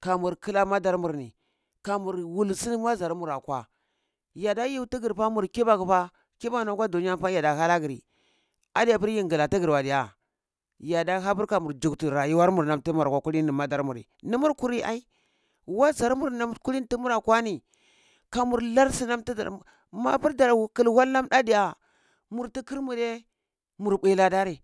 ka mur kla madar mur ni kamur voul sur wazar mur rakwa yada yu tigir fa mur kibaku fa, kibak nam kwa dunye nifa yada ha la giri adega pur yin gla tigir wa diya, yada hapur kamur juktu rayuwar mu nam tumur kwa kullini madar muvi, nimur kuri ai wazar mur nam kuli tu mura kwa ni, kamur lar sunam mapur dar kil wal nam da diya, mur tikir murye mur bui ladari.